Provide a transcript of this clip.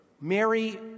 Mary